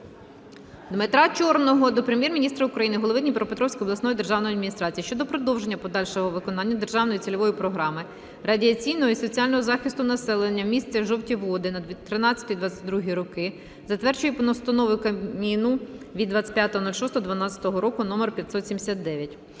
Дмитра Чорного до Прем'єр-міністра України, голови Дніпропетровської обласної державної адміністрації щодо продовження подальшого виконання Державної цільової програми радіаційного і соціального захисту населення міста Жовті Води на 2013-2022 роки, затвердженої Постановою Кабміну від 25.06.2012 р. №579.